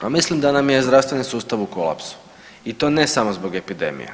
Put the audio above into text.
Pa mislim da nam je zdravstveni sustav u kolapsu i to ne samo zbog epidemije.